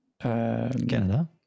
Canada